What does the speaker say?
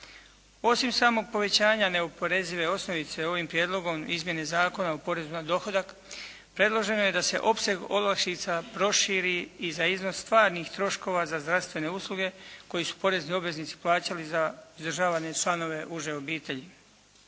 Osim samog povećanja neoporezive osnovice ovim prijedlogom izmjene Zakona o porezu na dohodak predloženo je da se opseg olakšica proširi i za iznos stvarnih troškova za zdravstvene usluge koje su porezni obveznici plaćali za izdržavanje članova uže obitelji.